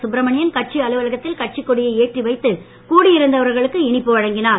சுப்ரமணியன் கட்சி அலுவலகத்தில் கட்சி கொடியை ஏற்றி வைத்து கூடியிருந்தவர்களுக்கு இனிப்பு வழங்கினார்